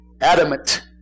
adamant